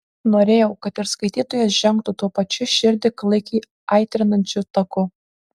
norėjau kad ir skaitytojas žengtų tuo pačiu širdį klaikiai aitrinančiu taku